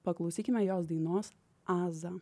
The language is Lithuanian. paklausykime jos dainos aza